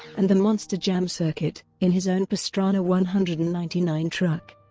and the monster jam circuit, in his own pastrana one hundred and ninety nine truck.